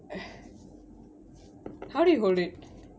how do you hold it